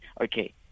Okay